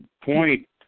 point